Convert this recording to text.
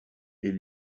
est